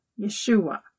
Yeshua